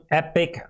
epic